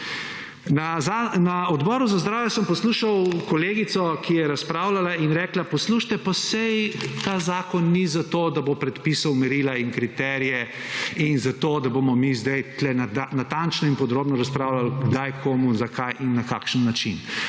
Na Odboru za zdravje sem poslušal kolegico, ki je razpravljala in rekla, poslušajte, pa saj ta zakon ni zato, da bo predpisal merila in kriterije in zato, da bomo mi zdaj tukaj natančno in podrobno razpravljali kdaj, komu, zakaj in na kakšen način,